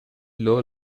low